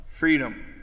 freedom